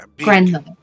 Grandmother